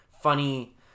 funny